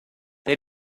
they